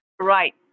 Right